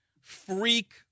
freak